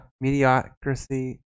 mediocrity